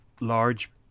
large